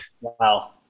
Wow